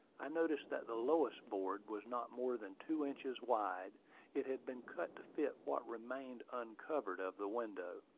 i noticed that the lowest board was not more than two inches wide it had been cut to fit what remained uncovered of the window.